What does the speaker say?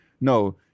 No